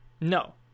No